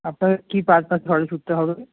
আপনার কী পারপাস তাহলে শ্যুটটা হবে